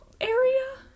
area